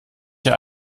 hier